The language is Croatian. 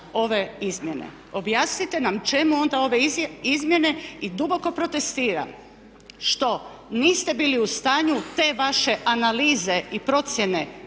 ove izmjene? Objasnite nam čemu onda ove izmjene i duboko protestiram što niste bili u stanju te vaše analize i procjene